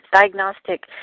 diagnostic